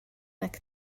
nac